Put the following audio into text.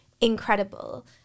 incredible